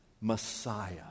Messiah